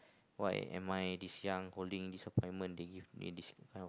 why am I this young holding this appointment the youth made this